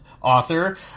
author